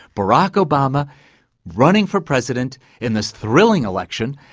barack obama running for president in this thrilling election,